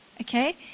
Okay